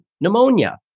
pneumonia